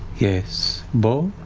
yes, beau?